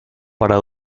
para